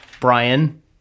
brian